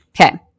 Okay